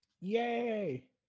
Yay